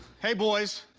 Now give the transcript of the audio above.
hey, boys.